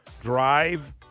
Drive